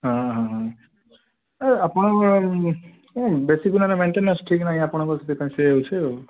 ହଁ ହଁ ହଁ ଏ ଆପଣଙ୍କ ଏ ବେଶୀ ଦିନର ମେଣ୍ଟେନାନ୍ସ ଠିକ୍ ନାହିଁ ଆପଣଙ୍କର ସେଥିପାଇଁ ସେ ହେଉଛି ଆଉ